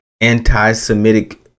anti-Semitic